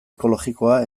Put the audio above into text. ekologikoa